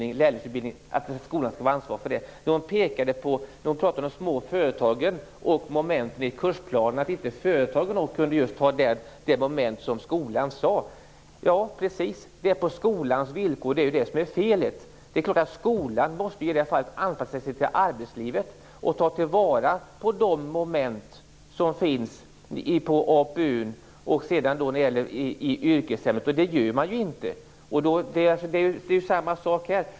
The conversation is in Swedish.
Ni säger att skolan skall vara ansvarig för all lärlingsutbildning. Hon pratade om de små företagen och momenten i kursplanen och pekade på att företagen kanske inte kunde erbjuda just de moment som skolan kräver. Precis så är det: på skolans villkor. Det är det som är felet. Skolan måste i det här fallet anpassa sig till arbetslivet och ta till vara de moment som finns i APU och yrkesämnet. Det gör man inte.